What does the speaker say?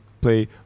play